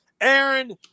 Aaron